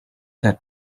that